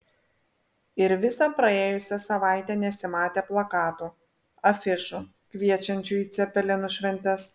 ir visą praėjusią savaitę nesimatė plakatų afišų kviečiančių į cepelinų šventes